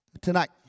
tonight